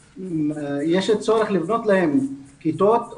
שיש צורך לבנות להם כיתות.